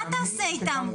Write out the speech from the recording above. מה תעשה אתם?